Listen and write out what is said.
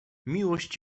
miłość